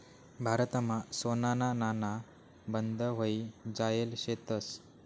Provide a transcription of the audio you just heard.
भारतमा सोनाना नाणा बंद व्हयी जायेल शेतंस